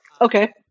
Okay